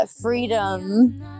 freedom